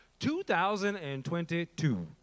2022